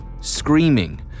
screaming